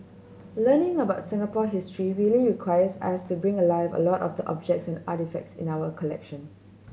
learning about Singapore history really requires us to bring alive a lot of the objects and artefacts in our collection